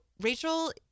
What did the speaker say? Rachel